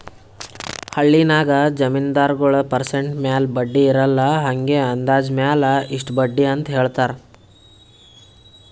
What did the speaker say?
ಹಳ್ಳಿನಾಗ್ ಜಮೀನ್ದಾರಗೊಳ್ ಪರ್ಸೆಂಟ್ ಮ್ಯಾಲ ಬಡ್ಡಿ ಇರಲ್ಲಾ ಹಂಗೆ ಅಂದಾಜ್ ಮ್ಯಾಲ ಇಷ್ಟ ಬಡ್ಡಿ ಅಂತ್ ಹೇಳ್ತಾರ್